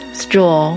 straw